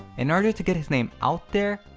in order to get his name out there,